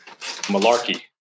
Malarkey